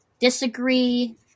Disagree